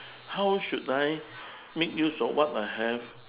how should I make use of what I have